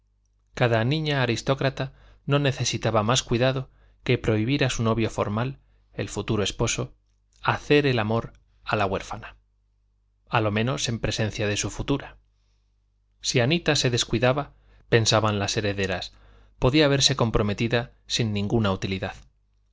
cada niña aristócrata no necesitaba más cuidado que prohibir a su novio formal el futuro esposo hacer el amor a la huérfana a lo menos en presencia de su futura si anita se descuidaba pensaban las herederas podía verse comprometida sin ninguna utilidad